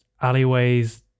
alleyways